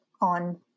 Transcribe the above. on